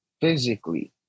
physically